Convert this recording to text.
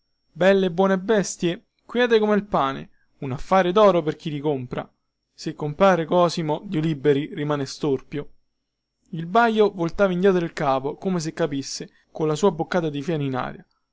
belle e buone bestie quiete come il pane un affare doro per chi le compra se compare cosimo dio liberi rimane storpio il baio voltava indietro il capo come se capisse colla sua boccata di fieno in aria